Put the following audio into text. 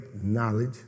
knowledge